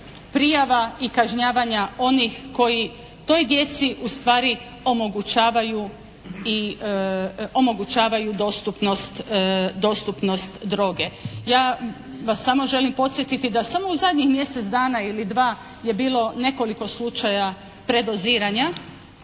prijava i kažnjavanja onih koji toj djeci ustvari omogućavaju dostupnost droge? Ja vas samo želim podsjetiti da smo u zadnjih mjesec dana ili dva je bilo nekoliko slučaja predoziranja